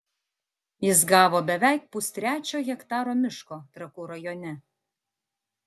jis gavo beveik pustrečio hektaro miško trakų rajone